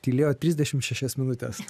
tylėjo trisdešimt šešias minutes